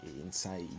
inside